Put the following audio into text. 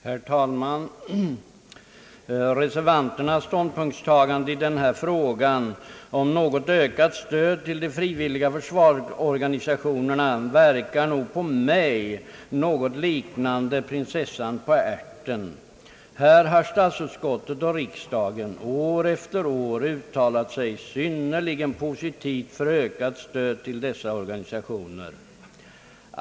Herr talman! Reservanternas ståndpunktstagande i denna fråga om ett ökat stöd till de frivilliga försvarsorganisationerna verkar nog på mig något liknande berättelsen om prinsessan på ärten. Här har statsutskottet och riksdagen år efter år uttalat sig synnerligen positivt för ett ökat stöd till dessa organisationer.